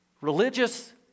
religious